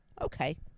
Okay